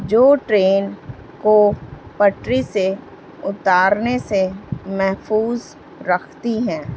جو ٹرین کو پٹری سے اتارنے سے محفوظ رکھتی ہیں